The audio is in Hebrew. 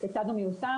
וכיצד הוא מיושם.